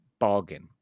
bargain